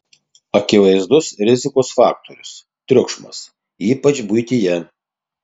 akivaizdus rizikos faktorius triukšmas ypač buityje